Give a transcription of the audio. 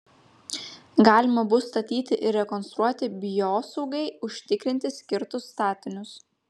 galima bus statyti ir rekonstruoti biosaugai užtikrinti skirtus statinius